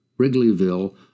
Wrigleyville